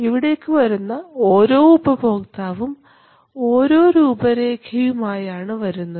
ഇവിടേക്ക് വരുന്ന ഓരോ ഉപഭോക്താവും ഓരോ രൂപരേഖയും ആയാണ് വരുന്നത്